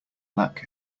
lack